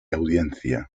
audiencia